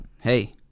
Hey